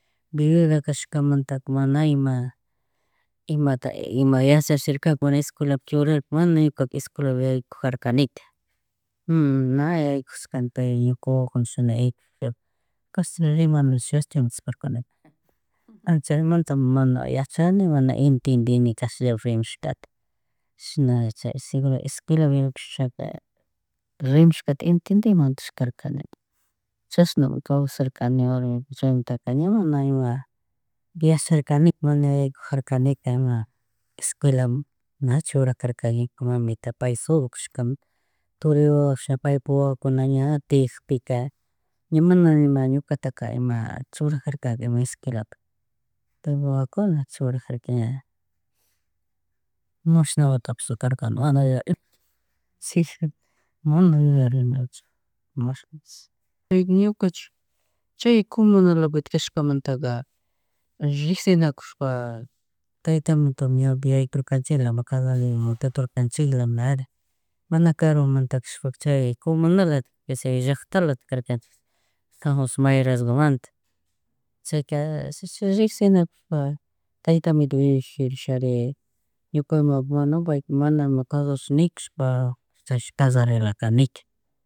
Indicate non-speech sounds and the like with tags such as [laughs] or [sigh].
Viuda kashkamanta mana ima, imata [hesitation] yachachikarka mana escuelapi churarka mana ñukaka escuelapika yaykujarkanika [hesitation] na yaykushkani kay ñuka wawakuna na yaykurka, chishna rimanashi yachaymunchay karkani. [laughs] Chay animalta mana yachani mana entendini castillapi rimashkata, chishna, seguro escuelapi yaykushaka, rimashkatash etendimatishkakani. Chashnami kawsarkani, warmiku, chaymantaka ña mana yacharkanika. Mana yaykurjarkanika ima escuelamun, na churarkaka ñuka mamita pay solo kashkamanta, turi wawash paypu wawakuna ña tiyakpika, ña mana ima ñukata ima churajarkaka ima escuelapi, paypuk wawakunata churajarka ña. [noise] Mashna wawatapish karka, mana yuyarini [laughs] chika, mana ayuyarino mashnachi, ñukanchik chi comunalapitik kashkamanta rickshinakushpa [hesitation] tayta amituman ña yarkukanchilami, [unintelligible] nada mana karumanta cashkamanta, chay comunala chay llacktalata karkanchik, San José de Mayorazgo manta, chayka chi ricksinakushpa tayta amito ricksirishari ñuka ima mana, [noise] mana casharash nikushpa chaish, callaraliklakanika.